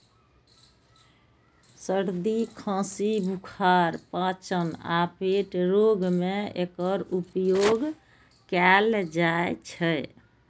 सर्दी, खांसी, बुखार, पाचन आ पेट रोग मे एकर उपयोग कैल जाइ छै